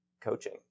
coaching